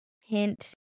Hint